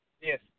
Yes